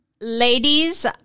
Ladies